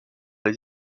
les